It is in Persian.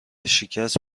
شکست